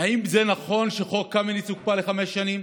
האם זה נכון שחוק קמיניץ הוקפא לחמש שנים?